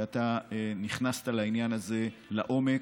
שנכנסת לעניין הזה לעומק.